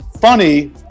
Funny